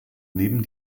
neben